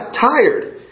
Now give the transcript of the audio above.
tired